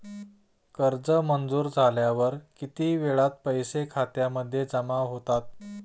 कर्ज मंजूर झाल्यावर किती वेळात पैसे खात्यामध्ये जमा होतात?